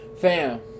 fam